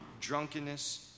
drunkenness